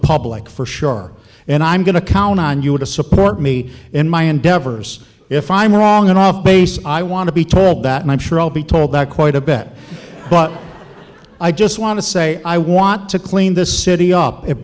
public for sure and i'm going to count on you to support me in my endeavors if i'm wrong and off base i want to be told that and i'm sure i'll be told that quite a bit but i just want to say i want to clean this city up it